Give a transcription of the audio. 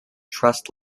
trust